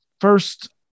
first